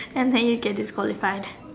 and then you get disqualified